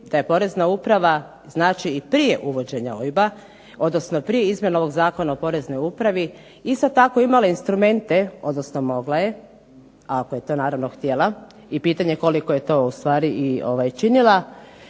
da je porezna uprava znači i prije uvođenja OIB-a, odnosno prije izmjena ovog Zakona o poreznoj upravi isto tako imala instrumente, odnosno mogla je ako je to naravno htjela i pitanje je koliko je to ustvari i činila,